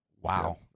Wow